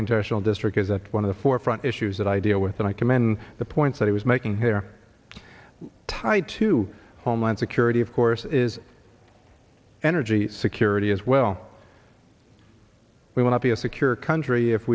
contention district is that one of the forefront issues that i deal with and i commend the points that he was making here tied to homeland security of course is energy security as well we want to be a secure country if